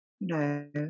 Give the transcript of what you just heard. no